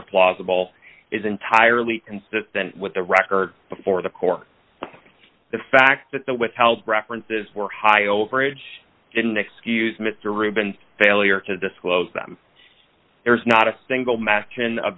or plausible is entirely consistent with the record before the court the fact that the withheld references were high overage didn't excuse mr rubin failure to disclose them there is not a single match